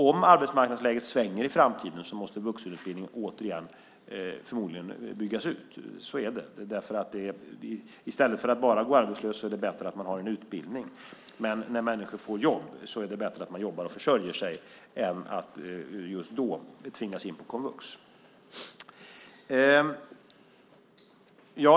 Om arbetsmarknadsläget svänger i framtiden måste vuxenutbildningen återigen förmodligen byggas ut. Så är det. I stället för att bara gå arbetslös är det bättre att man går en utbildning. Men när människor får ett jobb är det bättre att de jobbar och försörjer sig än att just då tvingas in på komvux.